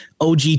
OG